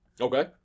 Okay